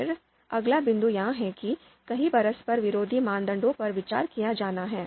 फिर अगला बिंदु यह है कि कई परस्पर विरोधी मानदंडों पर विचार किया जाना है